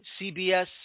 CBS